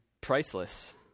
priceless